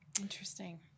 Interesting